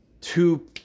Two